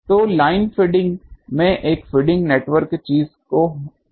तो line feeding में एक फीडिंग नेटवर्क चीज को होना चाहिए